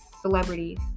celebrities